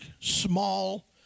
small